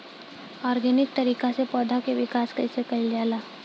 Organic तरीका से पौधा क विकास कइसे कईल जाला?